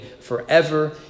forever